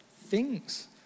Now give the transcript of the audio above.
things